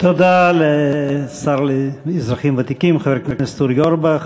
תודה לשר לאזרחים ותיקים, חבר הכנסת אורי אורבך.